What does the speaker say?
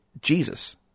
Jesus